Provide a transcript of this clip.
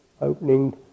Opening